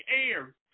air